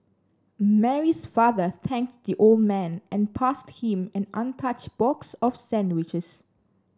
Mary's father thanked the old man and passed him an untouched box of sandwiches